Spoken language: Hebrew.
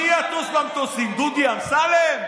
מי יטוס במטוסים, דודי אמסלם?